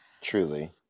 truly